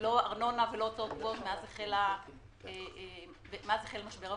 לא ארנונה ולא הוצאות קבועות מאז החל משבר הקורונה.